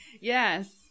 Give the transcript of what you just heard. Yes